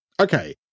Okay